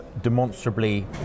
demonstrably